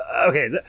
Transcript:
okay